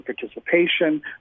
participation